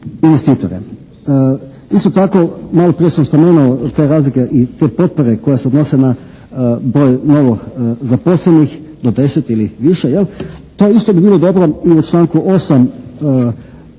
Isto tako malo prije sam spomenuo te razlike, te potpore koje se odnose na broj novozaposlenih, do 10 ili više jel'? To isto bi bilo dobro i u članku 8. napraviti